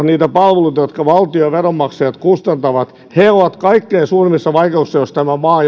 niitä palveluita jotka valtio ja veronmaksajat kustantavat ovat kaikkein suurimmissa vaikeuksissa jos tämä maa